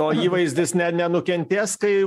o įvaizdis ne nenukentės kai